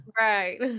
Right